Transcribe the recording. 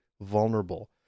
vulnerable